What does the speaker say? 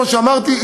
כמו שאמרתי,